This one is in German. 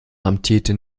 amtierte